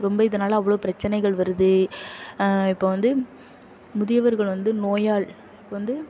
ரொம்ப இதனால அவ்வளோ பிரச்சினைகள் வருது இப்போ வந்து முதியவர்கள் வந்து நோயால் இப்போ வந்து